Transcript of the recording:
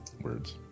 words